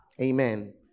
Amen